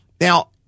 now